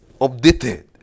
updated